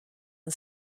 and